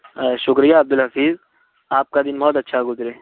شکریہ عبد الحفیظ آپ کا دن بہت اچھا گزرے